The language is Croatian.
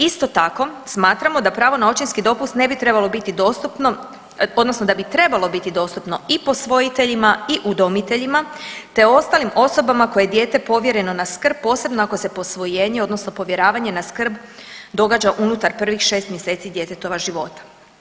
Isto tako smatramo da pravo na očinski dopust ne bi trebalo biti dostupno odnosno da bi trebalo biti dostupno i posvojiteljima i udomiteljima, te ostalim osobama kojima je dijete povjereno na skrb posebno ako se posvojenje odnosno povjeravanje na skrb događa unutar prvih 6 mjeseci djetetova života.